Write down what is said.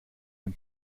dem